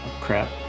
Crap